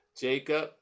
Jacob